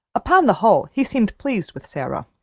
upon the whole, he seemed pleased with sara.